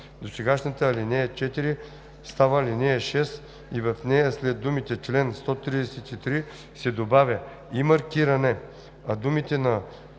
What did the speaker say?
Досегашната ал. 4 става ал. 6 и в нея след думите „чл. 133“ се добавя „и маркиране“, а думите „на